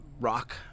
rock